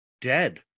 dead